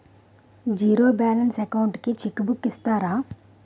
Zero balance account కి cheque book ఇస్తారా?